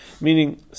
Meaning